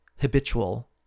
habitual